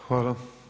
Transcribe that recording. Hvala.